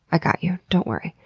i got you. don't worry.